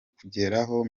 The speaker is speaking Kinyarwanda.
kugeraho